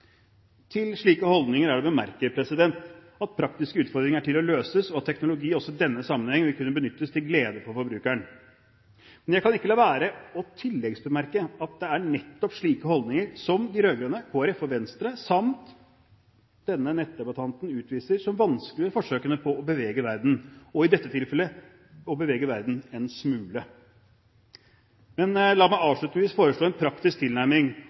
Til slike holdninger er det å bemerke at praktiske utfordringer er til for å løses, og at teknologi også i denne sammenheng vil kunne benyttes til glede for forbrukeren. Men jeg kan ikke la være å tilleggsbemerke at det er nettopp slike holdninger som de rød-grønne, Kristelig Folkeparti og Venstre samt denne nettdebattanten utviser, som vanskeliggjør forsøkene på å bevege verden – og i dette tilfellet bevege verden en smule. La meg avslutningsvis foreslå en praktisk tilnærming